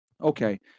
Okay